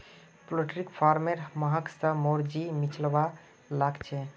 poultry farmer महक स मोर जी मिचलवा लाग छ